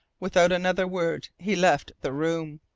without another word he left the room.